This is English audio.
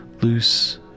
loose